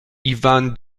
ivan